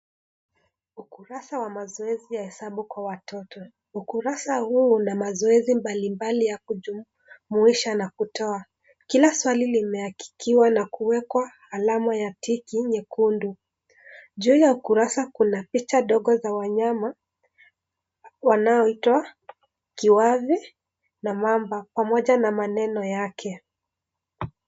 Ukurasa wa mazoezi ya hesabu kwa watoto. Ukurasa huo una mazoezi mbalimbali ya kujumuisha na kutoa. Kila swali limehakikiwa na kuwekwa alama ya tiki nyekundu. Juu ya ukurasa kuna picha ndogo za wanyama, wanaioitwa kiwavi na mamba pamoja na maneno yake.